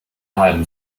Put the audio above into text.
halben